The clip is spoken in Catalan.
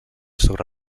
sobre